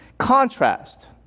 contrast